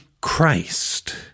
Christ